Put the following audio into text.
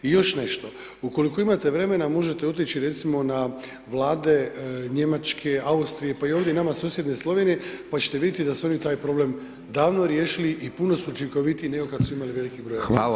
I još nešto ukoliko imate vremena možete otići recimo na vlade Njemačke, Austrije pa i ovdje nama susjedne Slovenije pa ćete vidjeti da su oni taj problem davno riješili i puno su učinkoviti nego kad su imali veliki broj agencija.